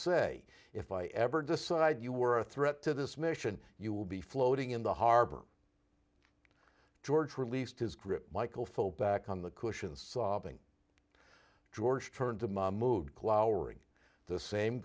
say if i ever decide you were a threat to this mission you will be floating in the harbor george released his grip michael foale back on the cushions sobbing george turned to mahmoud glowering the same